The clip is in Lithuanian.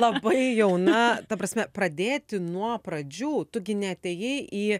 labai jauna ta prasme pradėti nuo pradžių tu gi neatėjai į